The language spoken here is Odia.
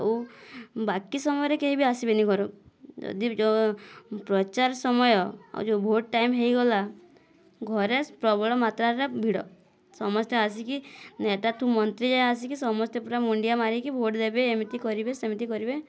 ଆଉ ବାକି ସମୟରେ କେହିବି ଆସିବେନି ଘର ଯଦି ପ୍ରଚାର ସମୟ ଆଉ ଯେଉଁ ଭୋଟ୍ ଟାଇମ୍ ହେଇଗଲା ଘରେ ପ୍ରବଳ ମାତ୍ରାରେ ଭିଡ଼ ସମସ୍ତେ ଆସିକି ନେତା ଠୁ ମନ୍ତ୍ରୀ ଯାଏ ଆସିକି ସମସ୍ତେ ପୁରା ମୁଣ୍ଡିଆ ମାରିକି ଭୋଟ୍ ଦେବେ ଏମିତି କରିବେ ସେମିତି କରିବେ